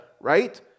right